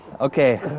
Okay